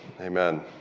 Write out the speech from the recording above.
amen